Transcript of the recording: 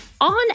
on